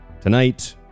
Tonight